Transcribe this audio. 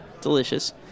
delicious